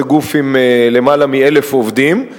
זה גוף עם למעלה מ-1,000 עובדים,